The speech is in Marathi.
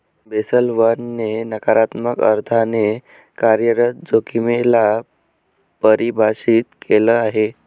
बेसल वन ने नकारात्मक अर्थाने कार्यरत जोखिमे ला परिभाषित केलं आहे